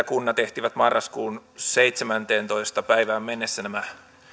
kunnat ehtivät marraskuun seitsemänteentoista päivään mennessä nämä